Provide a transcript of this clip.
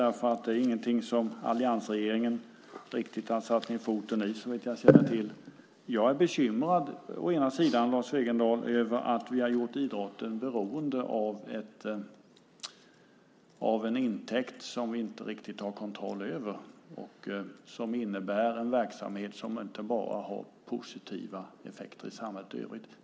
Detta är nämligen ingenting som alliansregeringen riktigt har satt ned foten i, såvitt jag känner till. Jag är bekymrad, Lars Wegendal, över att vi har gjort idrotten beroende av en intäkt som vi inte riktigt har kontroll över och som innebär en verksamhet som inte bara har positiva effekter i samhället i övrigt.